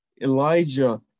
Elijah